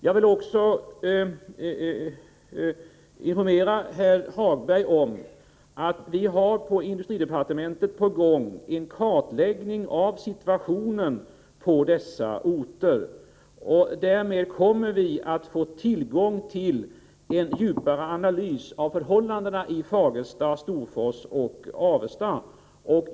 Jag vill också informera herr Hagberg om att vi i industridepartementet har satt i gång en kartläggning av situationen på dessa orter. Därmed kommer vi att få tillgång till en djupare analys av förhållandena i Fagersta, Storfors och Avesta.